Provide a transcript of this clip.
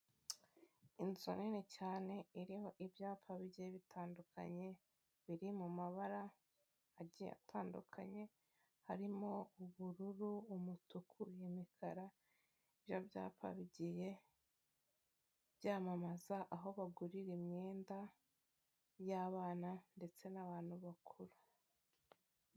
Inzu nini cyane, iriho ibyapa bijye bitandukanye biri mu mabara atandukanye, harimo ubururu, umutuku, imikara, ibyo byapa bigiye byamamaza aho bagurira imyenda y'abana ndetse n'abantu bakuru.